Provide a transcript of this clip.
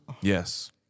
Yes